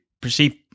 perceive